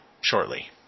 shortly